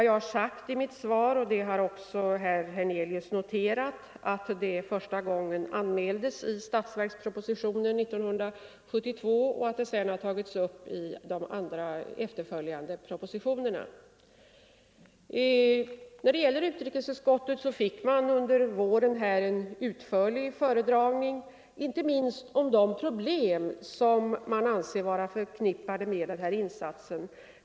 Jag har sagt i mitt svar — och det har herr Hernelius = stödet till ett också noterat — att det första gången anmäldes i statsverkspropositionen = skogsindustriprojekt 1972 och sedan har tagits upp i de efterföljande propositionerna. Ut — i Nordvietnam rikesutskottet fick under våren en utförlig föredragning inte minst av de problem som man anser vara förknippade med denna insats.